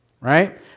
right